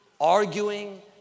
arguing